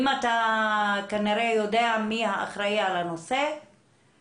אם אתה כנראה יודע מי האחראי על הנושא,